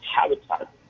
habitat